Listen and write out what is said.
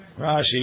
Rashi